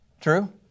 True